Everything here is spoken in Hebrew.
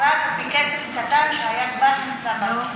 היא יצאה לפועל, רק בכסף קטן שכבר נמצא בתוכנית,